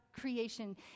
creation